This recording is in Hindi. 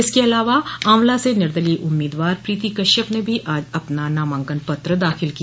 इसके अलावा ऑवला से निर्दलीय उम्मीदवार प्रीती कश्यप ने भी आज अपना नामांकन पत्र दाखिल किया